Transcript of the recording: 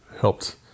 helped